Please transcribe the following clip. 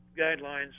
Guidelines